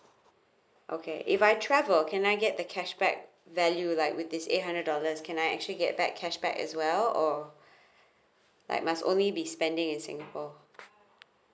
okay if I travel can I get the cashback value like with this eight hundred dollars can I actually get back cashback as well or like must only be spending in singapore